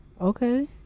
Okay